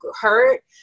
hurt